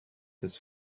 his